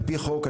על פי חוק,